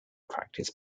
practice